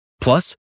Plus